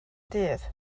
dydd